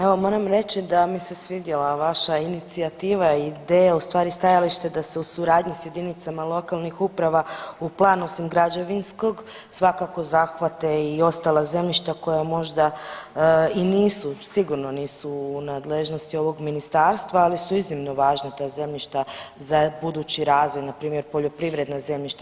Evo moram reći da mi se svidjela vaša inicijativa i ideja u stvari stajalište da se u suradnji sa jedinicama lokalnih uprava u plan osim građevinskog svakako zahvate i ostala zemljišta koja možda i nisu, sigurno nisu u nadležnosti ovog ministarstva, ali su iznimno važna ta zemljišta za budući razvoj, na primjer poljoprivredna zemljišta.